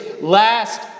last